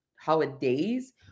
holidays